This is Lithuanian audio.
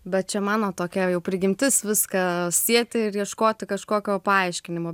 bet čia mano tokia jau prigimtis viską sieti ir ieškoti kažkokio paaiškinimo